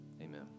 amen